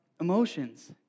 emotions